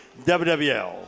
WWL